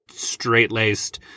straight-laced